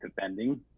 defending